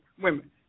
women